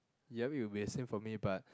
ya it will be the same for me but